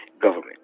government